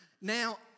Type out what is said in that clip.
Now